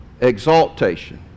exaltation